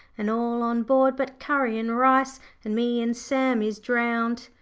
and all on board but curry and rice and me an' sam is drowned.